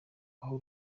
aho